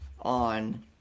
on